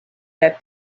that